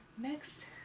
next